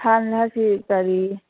ꯁꯥꯜ ꯍꯥꯏꯁꯤ ꯀꯔꯤ